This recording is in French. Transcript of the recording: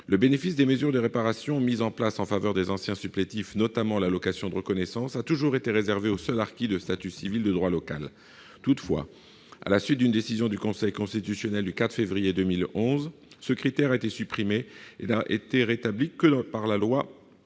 Le bénéfice des mesures de réparation mises en place en faveur des anciens supplétifs, notamment l'allocation de reconnaissance, a toujours été réservé aux seuls harkis de statut civil de droit local. Toutefois, à la suite d'une décision du Conseil constitutionnel du 4 février 2011, ce critère a été supprimé ; il n'a été rétabli que par la loi